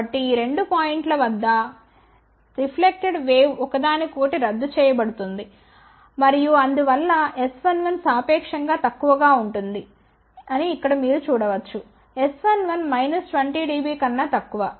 కాబట్టి ఈ రెండు పాయింట్ల వద్ద రిఫ్లెక్టెడ్ వేవ్ ఒకదానికొకటి రద్దు చేయ బడుతుంది మరియు అందువల్ల S11 సాపేక్షం గా తక్కువ గా ఉంటుంది ఇక్కడ మీరు చూడవచ్చు S11 20 dB కన్నా తక్కువ